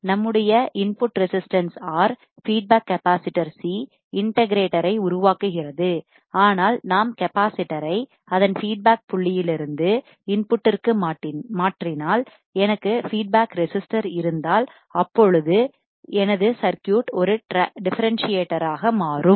நம்முடைய input resistance R feedback capacitor C integrator ஐ உருவாக்குகிறது ஆனால் நான் கெபாசிட்டர் ஐ அதன் பீட் பேக் புள்ளியிலிருந்து இன்புட் க்கு மாற்றினால் எனக்கு ஃபீட்பேக் ரெசிஸ்டர் இருந்தால் அப்பொழுது எனது சர்க்யூட் ஒரு டிஃபரன்ஸ்சியேட்டர்ராக மாறும்